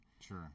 Sure